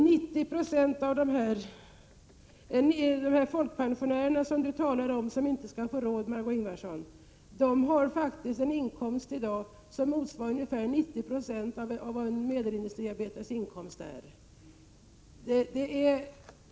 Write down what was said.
90 26 av de folkpensionärer som Margö Ingvardsson talade om, som alltså inte skulle ha råd, har i dag faktiskt en inkomst som motsvarar ungefär 90 96 av medelinkomsten för en industriarbetare.